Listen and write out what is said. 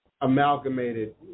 amalgamated